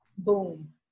Boom